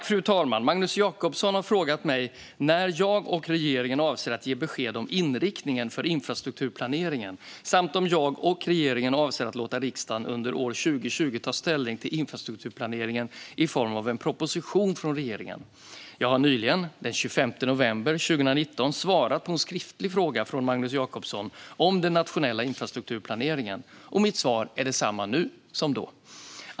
Fru talman! Magnus Jacobsson har frågat mig när jag och regeringen avser att ge besked om inriktningen för infrastrukturplaneringen samt om jag och regeringen avser att under år 2020 låta riksdagen ta ställning till infrastrukturplaneringen i form av en proposition från regeringen. Jag har nyligen, den 25 november 2019, svarat på en skriftlig fråga från Magnus Jacobsson om den nationella infrastrukturplaneringen. Mitt svar är detsamma nu som då.